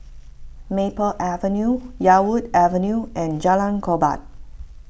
Maple Avenue Yarwood Avenue and Jalan Korban